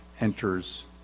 enters